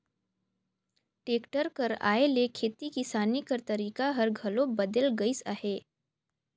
tractor कर आए ले खेती किसानी कर तरीका हर घलो बदेल गइस अहे